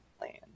land